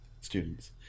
students